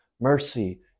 mercy